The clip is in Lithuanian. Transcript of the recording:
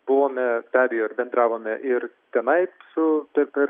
buvome be abejo ir bendravome ir tenai su per per